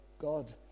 God